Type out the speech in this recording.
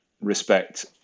respect